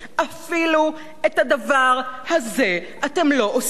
אפילו את הדבר הזה אתם לא עושים.